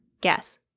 Guess